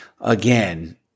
again